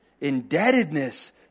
indebtedness